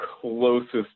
closest